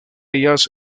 ellas